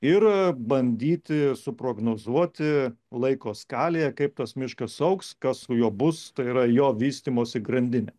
ir bandyti suprognozuoti laiko skalėje kaip tas miškas augs kas su juo bus tai yra jo vystymosi grandinė